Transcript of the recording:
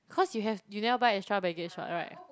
cause you have you never buy extra baggage [what] [right]